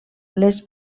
les